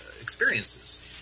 experiences